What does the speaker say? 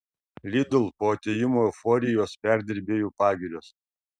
lidl po atėjimo euforijos perdirbėjų pagirios